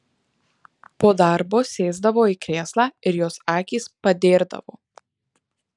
po darbo sėsdavo į krėslą ir jos akys padėrdavo